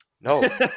No